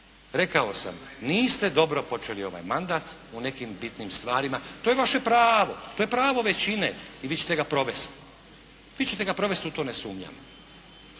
rekao sam niste dobro počeli ovaj mandat u nekim bitnim stvarima. To je vaše pravo, to je pravo većine i vi ćete ga provesti u to ne sumnjam.